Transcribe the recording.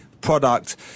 product